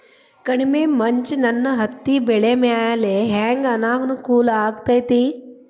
ಕಡಮಿ ಮಂಜ್ ನನ್ ಹತ್ತಿಬೆಳಿ ಮ್ಯಾಲೆ ಹೆಂಗ್ ಅನಾನುಕೂಲ ಆಗ್ತೆತಿ?